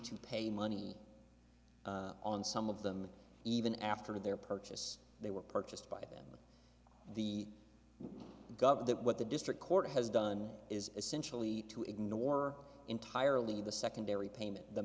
to pay money on some of them even after their purchase they were purchased by them with the gov that what the district court has done is essentially to ignore entirely the secondary payment the